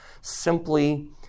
simply